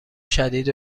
شدید